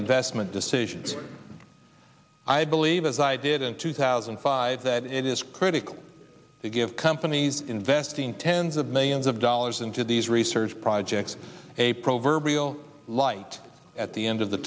investment decisions i believe as i did in two thousand and five that it is critical to give companies investing tens of millions of dollars into these research projects a pro verb real light at the end of the